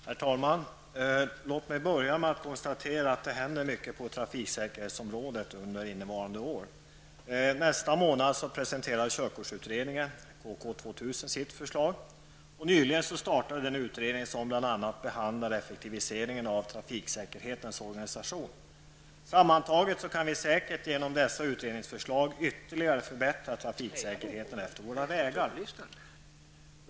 Herr talman! Låt mig börja med att konstatera att det händer mycket på trafiksäkerhetsområdet under innevarande år. Nästa månad presenterar körkortsutredningen, KK 2000, sitt förslag. Nyligen startade den utredning som bl.a. behandlar effektiviseringen av trafiksäkerhetens organisation. Sammantaget kan vi säkert genom dessa utredningsförslag ytterligare förbättra trafiksäkerheten efter våra vägar.